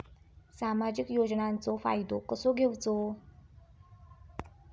सामाजिक योजनांचो फायदो कसो घेवचो?